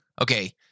Okay